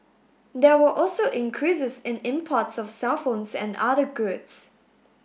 there were also increases in imports of cellphones and other goods